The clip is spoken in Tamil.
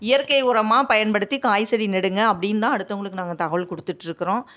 இயற்கை உரமாக பயன்படுத்தி காய் செடி நடுங்கள் அப்டின்னு தான் அடுத்தவங்களுக்கு நாங்கள் தகவல் கொடுத்துட்ருக்குறோம்